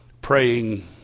praying